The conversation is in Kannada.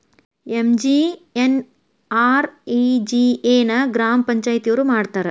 ಎಂ.ಜಿ.ಎನ್.ಆರ್.ಇ.ಜಿ.ಎ ನ ಗ್ರಾಮ ಪಂಚಾಯತಿಯೊರ ಮಾಡ್ತಾರಾ?